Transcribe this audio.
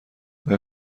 آیا